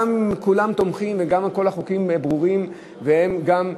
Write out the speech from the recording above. גם אם כולם תומכים וכל החוקים ברורים ומקובלים.